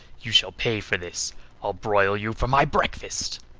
you shall pay for this i'll broil you for my breakfast!